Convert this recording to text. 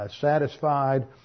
satisfied